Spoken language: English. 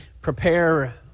prepare